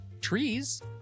trees